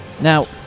Now